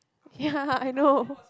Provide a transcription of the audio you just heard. ya I know